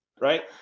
right